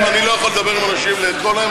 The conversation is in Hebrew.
אם אני לא יכול לדבר עם אנשים כל היום,